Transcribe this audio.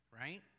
right